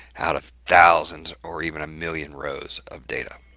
out of thousands or even a million rows of data.